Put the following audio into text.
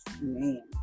Man